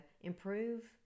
improve